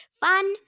Fun